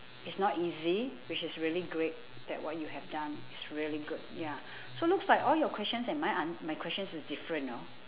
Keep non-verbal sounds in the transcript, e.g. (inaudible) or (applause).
it's not easy which is really great that what you have done it's really good ya (breath) so looks like all your questions and my an~ my questions is different no